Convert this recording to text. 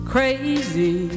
Crazy